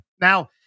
Now